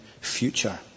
future